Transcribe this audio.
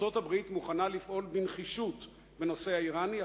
ארצות-הברית מוכנה לפעול בנחישות בנושא האירני,